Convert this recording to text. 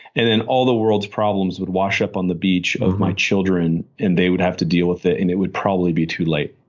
and then all the world's problems wash up on the beach of my children, and they would have to deal with it and it would probably be too late.